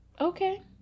Okay